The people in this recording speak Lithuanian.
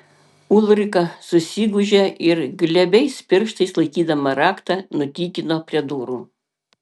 ulrika susigūžė ir glebiais pirštais laikydama raktą nutykino prie durų